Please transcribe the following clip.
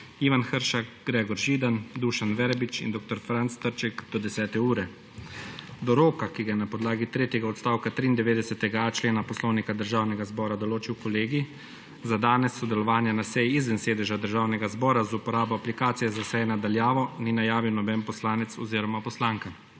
Ivan Hršak, Gregor Židan, Dušan Verbič in Franc Trček do 10. ure. Do roka, ki ga je na podlagi tretjega odstavka 93.a člena Poslovnika Državnega zbora določil kolegij, za danes sodelovanja na seji izven sedeža Državnega zbora z uporabo aplikacije za seje na daljavo ni najavil noben poslanec oziroma poslanka.